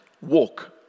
walk